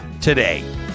today